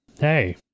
Hey